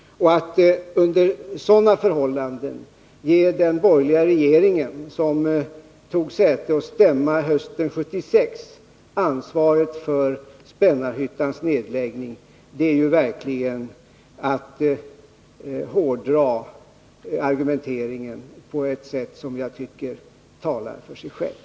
Att under sådana förhållanden ge den borgerliga regeringen, som tog säte och stämma hösten 1976, ansvaret för Spännarhyttans nedläggning är verkligen att hårdra argumenteringen på ett sätt som jag tycker talar för sig självt.